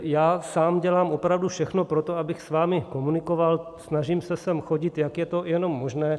Já sám dělám opravdu všechno pro to, abych s vámi komunikoval, snažím se sem chodit, jak je to jenom možné.